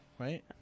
right